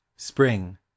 Spring